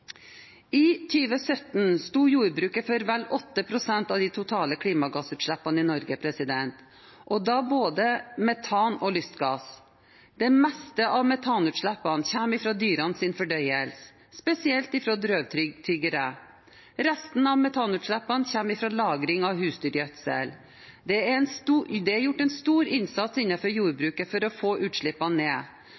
i disse utslippene. I 2017 sto jordbruket for vel 8 pst. av de totale klimagassutslippene i Norge, og da både metan og lystgass. Det meste av metanutslippene kommer fra dyrenes fordøyelse, spesielt fra drøvtyggere. Resten av metanutslippene kommer fra lagring av husdyrgjødsel. Det er gjort en